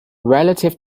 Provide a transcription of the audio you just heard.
relative